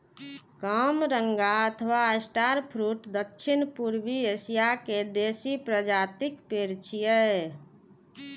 कामरंगा अथवा star fruit दक्षिण पूर्वी एशिया के देसी प्रजातिक पेड़ छियै